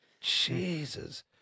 Jesus